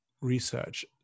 research